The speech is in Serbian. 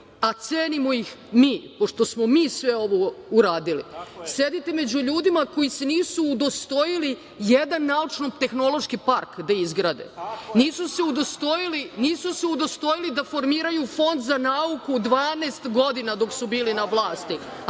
a cenimo ih mi, pošto smo mi sve ovo uradili. Sedite među ljudima koji se nisu udostojili jedan naučno-tehnološki park da izgrade, nisu se udostojili da formiraju Fond za nauku 12 godina dok su bili na vlasti,